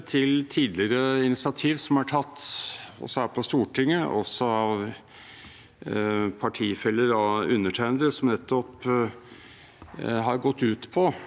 har gått ut på at man ønsket å styrke velgernes innflytelse på selve valgdagen.